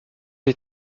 est